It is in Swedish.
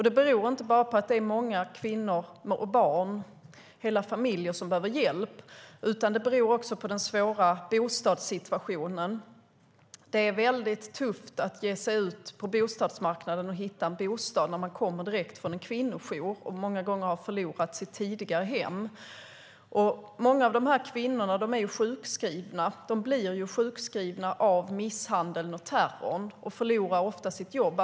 Det beror inte bara på att det är kvinnor och barn, hela familjer, som behöver hjälp utan det beror också på den svåra bostadssituationen. Det är tufft att ge sig ut på bostadsmarknaden och hitta en bostad när man kommer direkt från en kvinnojour och många gånger har förlorat sitt tidigare hem. Många av kvinnorna är sjukskrivna. De blir sjukskrivna på grund av misshandeln och terrorn. Dessutom kanske de har förlorat sitt jobb.